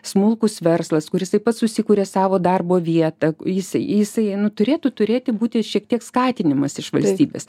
smulkus verslas kuris taip pat susikuria savo darbo vietą jisai jisai nu turėtų turėti būti šiek tiek skatinimas iš valstybės